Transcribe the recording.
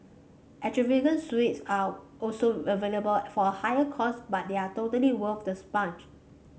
extravagant suites are also available for a higher cost but they are totally worth the